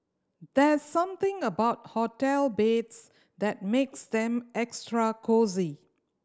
there's something about hotel beds that makes them extra cosy